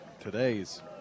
today's